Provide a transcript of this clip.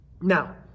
Now